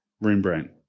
Rembrandt